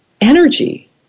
energy